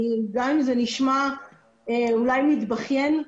גם אם זה נשמע אולי מתבכיין,